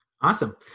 Awesome